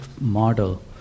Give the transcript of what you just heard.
model